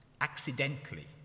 accidentally